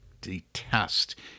detest